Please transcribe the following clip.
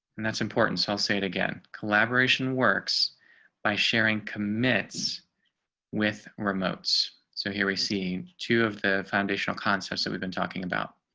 and that's important. so i'll say it again collaboration works by sharing commits with remotes. so here we see two of the foundational concepts that we've been talking about.